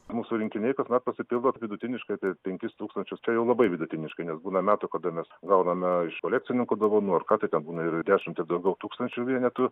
mūsų rinkiniai kasmet pasipildo vidutiniškai apie penkis tūkstančius čia jau labai vidutiniškai nes būna metų kada mes gauname iš kolekcininkų dovanų ar ką tai ten būna ir dešimt ir daugiau tūkstančių vienetų